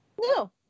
No